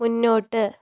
മുന്നോട്ട്